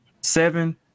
seven